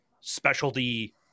specialty